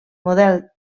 model